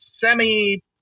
semi